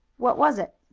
what was it?